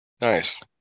Nice